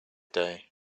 day